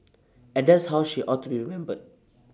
and that's how she ought to be remembered